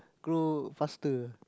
grow faster